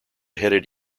headed